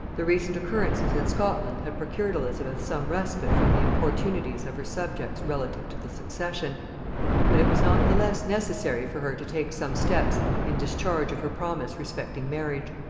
the recent occurrences in scotland had procured elizabeth some respite from the importunities of her subjects relative to the succession but it was not the less necessary for her to take some steps in discharge of her promise respecting marriage.